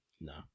No